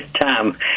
Tom